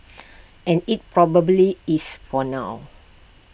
and IT probably is for now